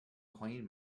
coin